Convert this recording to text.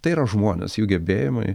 tai yra žmonės jų gebėjimai